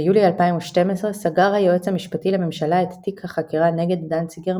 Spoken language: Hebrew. בינואר 2012 סגר היועץ המשפטי לממשלה את תיק החקירה נגד דנציגר,